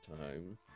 time